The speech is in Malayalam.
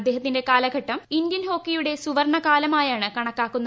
അദ്ദേഹത്തിന്റെ കാലഘട്ടം ഇന്ത്യൻ ഹോക്കിയുടെ സുവർണ കാലമായാണ് കണക്കാക്കുന്നത്